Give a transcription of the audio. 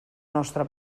nostre